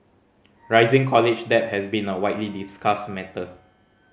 rising college debt has been a widely discussed matter